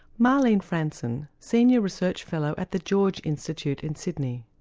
marlene fransen, senior research fellow at the george institute in sydney.